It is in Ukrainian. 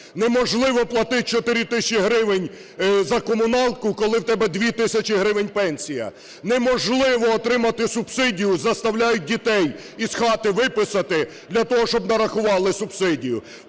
Неможливо платити 4 тисячі гривень за комуналку, коли у тебе 2 тисячі гривень пенсія. Неможливо отримати субсидію, заставляють дітей із хати виписати для того, щоб нарахували субсидію.